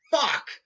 fuck